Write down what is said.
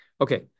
Okay